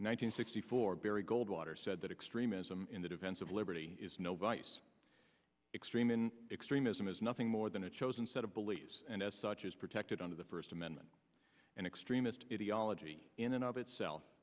hundred sixty four barry goldwater said that extremism in the defense of liberty is no vice extreme in extremism is nothing more than a chosen set of beliefs and as such is protected under the first amendment and extremist ideology in and of itself